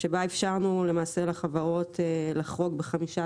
שבה אפשרנו למעשה לחברות לחרוג ב-15%.